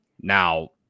now